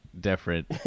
different